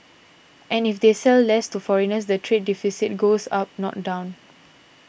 and if they sell less to foreigners the trade deficit goes up not down